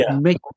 make